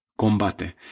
Combate